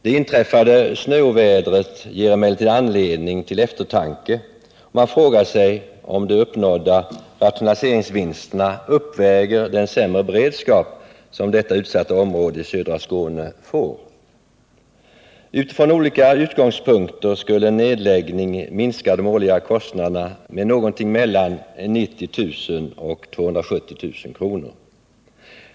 Det inträffade snöovädret ger emellertid anledning till eftertanke, och man frågar sig om de uppnådda rationaliseringsvinsterna uppväger den sämre beredskap som detta utsatta område i södra Skåne får. Utifrån olika utgångspunkter skulle en nedläggning minska de årliga kostnaderna med någonting mellan 90 000 och 270 000 kr.